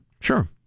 Sure